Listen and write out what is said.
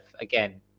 again